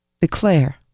Declare